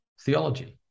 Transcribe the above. theology